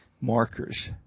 markers